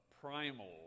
primal